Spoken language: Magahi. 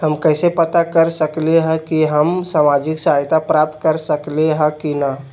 हम कैसे पता कर सकली ह की हम सामाजिक सहायता प्राप्त कर सकली ह की न?